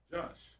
Josh